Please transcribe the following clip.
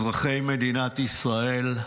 אזרחי מדינת ישראל,